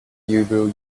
hebrew